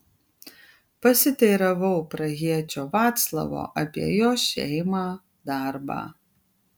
pasiteiravau prahiečio vaclavo apie jo šeimą darbą